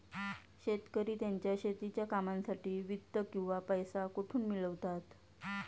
शेतकरी त्यांच्या शेतीच्या कामांसाठी वित्त किंवा पैसा कुठून मिळवतात?